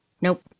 Nope